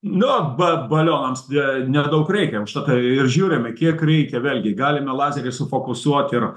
nu ba balionams ne nedaug reikia užtat ir žiūrim kiek reikia vėlgi galime lazerį sufokusuot ir